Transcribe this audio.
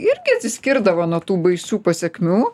irgi atsiskirdavo nuo tų baisių pasekmių